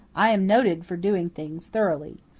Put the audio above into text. i am noted for doing things thoroughly.